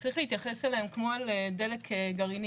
צריך להתייחס אליהם כמו אל דלק גרעני.